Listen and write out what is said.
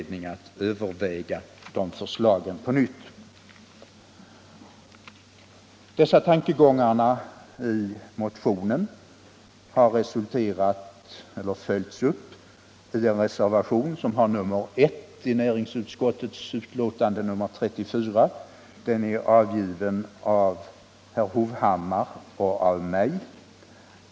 Dessa synpunkter i motionen har följts upp i reservationen 1 vid näringsutskottets betänkande nr 34, avgiven av herr Hovhammar och mig.